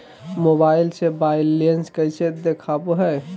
Mobile से balance कैसे देखाबो है?